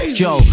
yo